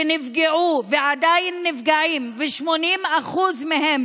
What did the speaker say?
שנפגעו ועדיין נפגעים, ו-80% מהם